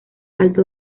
alto